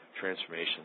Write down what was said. Transformation